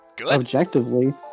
objectively